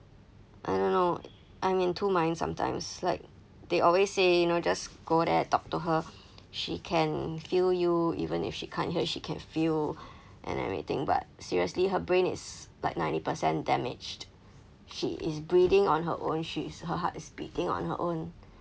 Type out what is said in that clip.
I don't know I'm in two minds sometimes like they always say you know just go there talk to her she can feel you even if she can't hear she can feel and everything but seriously her brain is like ninety percent damaged she is breathing on her own she is her heart is beating on her own